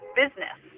business